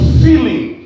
feeling